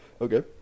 Okay